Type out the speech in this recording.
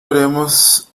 haremos